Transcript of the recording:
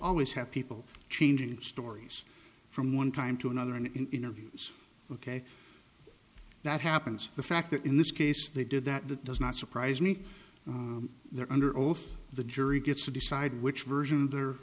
always have people changing stories from one time to another an interview ok that happens the fact that in this case they did that it does not surprise me they're under oath the jury gets to decide which version their